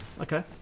okay